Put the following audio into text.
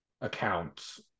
accounts